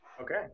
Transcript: okay